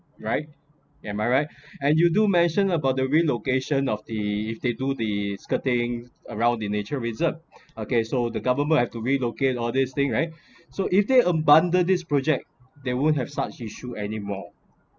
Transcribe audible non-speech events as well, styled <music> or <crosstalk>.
right am I right <breath> and you do mentioned about the relocation of the if they do the skirting around the nature reserved <breath> okay so the government have to relocate all these things right <breath> so if they abandoned this project they won't have such issue anymore